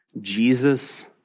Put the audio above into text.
Jesus